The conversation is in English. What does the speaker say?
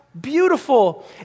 beautiful